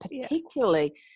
particularly